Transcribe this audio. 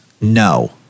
no